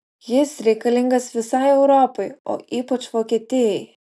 jis reikalingas visai europai o ypač vokietijai